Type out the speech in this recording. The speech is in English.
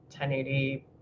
1080